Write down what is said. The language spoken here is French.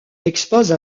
expose